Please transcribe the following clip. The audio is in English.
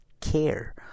care